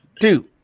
two